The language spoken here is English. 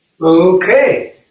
Okay